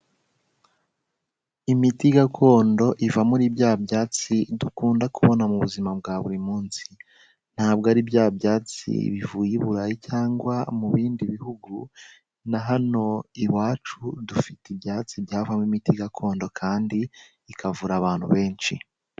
Imiti gakondo iva muri bya byatsi dukunda kubona mu buzima bwa buri munsi. Ntabwo ari bya byatsi bivuye i Burayi cyangwa mu bindi bihugu, na hano iwacu dufite ibyatsi byavamo imiti gakondo kandi ikavura abantu benshi.